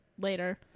later